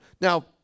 Now